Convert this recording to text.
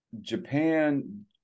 Japan